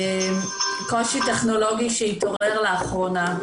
קושי טכנולוגי שהתעורר לאחרונה,